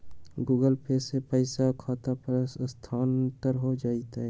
Google Pay से पईसा खाता पर स्थानानंतर हो जतई?